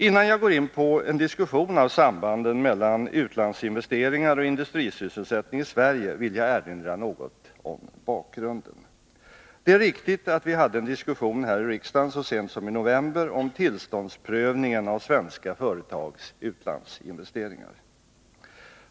Innan jag går in på en diskussion av sambanden mellan utlandsinvesteringar och industrisysselsättning i Sverige vill jag erinra något om bakgrunden. Det är riktigt att vi hade en diskussion här i riksdagen så sent som i november om tillståndsprövningen av svenska företags utlandsinvesteringar.